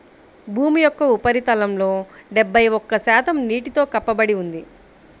భూమి యొక్క ఉపరితలంలో డెబ్బై ఒక్క శాతం నీటితో కప్పబడి ఉంది